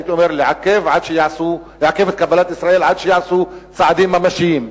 הייתי אומר לעכב את קבלת ישראל עד שייעשו צעדים ממשיים.